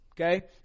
Okay